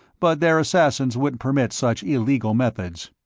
but their assassins wouldn't permit such illegal methods.